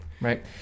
right